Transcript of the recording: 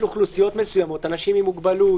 אוכלוסיות מסוימות אנשים עם מוגבלות,